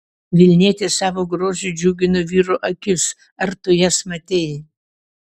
vilnietės savo grožiu džiugino vyrų akis ar tu jas matei